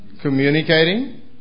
Communicating